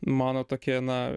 mano tokie na